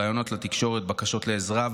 ראיונות לתקשורת ובקשות לעזרה.